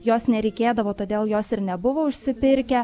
jos nereikėdavo todėl jos ir nebuvo užsipirkę